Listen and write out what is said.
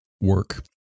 work